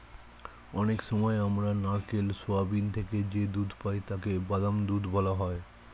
অনেক সময় আমরা নারকেল, সোয়াবিন থেকে যে দুধ পাই তাকে বাদাম দুধ বলা হয়